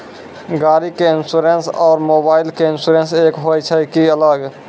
गाड़ी के इंश्योरेंस और मोबाइल के इंश्योरेंस एक होय छै कि अलग?